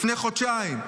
לפני חודשיים.